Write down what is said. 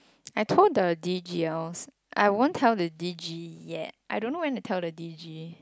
I told the D_G_Ls I won't tell the D_G yet I don't went tell the D_G